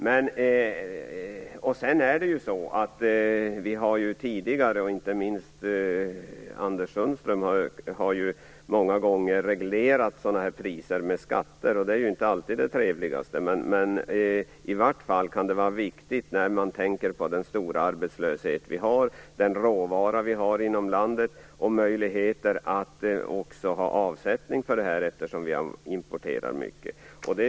Vi har ju tidigare, och det gäller ju inte minst Anders Sundström, många gånger reglerat sådana priser med skatter. Det är ju inte alltid det trevligaste. Detta är viktigt när man tänker på den stora arbetslöshet vi har, den råvara vi har inom landet och de möjligheter vi har till avsättning för detta. Vi har ju importerat mycket tidigare.